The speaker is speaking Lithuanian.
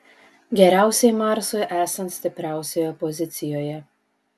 geriausiai marsui esant stipriausioje pozicijoje